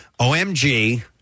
OMG